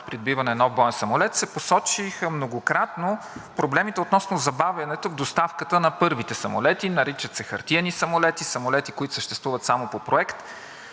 на придобиване на нов боен самолет. Тогава многократно се посочиха проблемите относно забавяне доставката на първите самолети. Наричат се хартиени самолети – самолети, които съществуват само по проект.